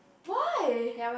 why